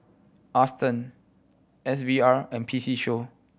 Aston S V R and P C Show